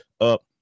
up